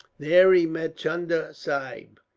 there he met chunda sahib.